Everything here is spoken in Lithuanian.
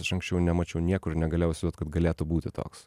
aš anksčiau nemačiau niekur ir negalėjau įsivaizduot kad galėtų būti toks